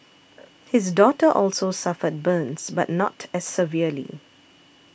his daughter also suffered burns but not as severely